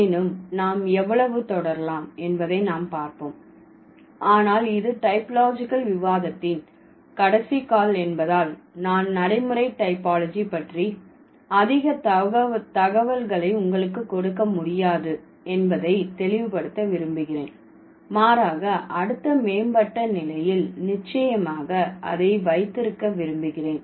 எனினும் நாம் எவ்வளவு தொடரலாம் என்பதை நாம் பார்ப்போம் ஆனால் இது டைப்போலாஜிக்கல் விவாதத்தின் கடைசிக்கால் என்பதால் நான் நடைமுறை டைபாலஜி பற்றி அதிக தகவல்களை உங்களுக்கு கொடுக்க முடியாது என்பதை தெளிவுபடுத்த விரும்புகிறேன் மாறாக அடுத்த மேம்பட்ட நிலையில் நிச்சயமாக அதை வைத்திருக்க விரும்புகிறேன்